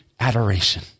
adoration